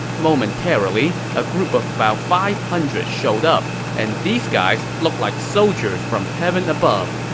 momentarily, a group of about five hundred showed up, and these guys looked like soldiers from heaven above.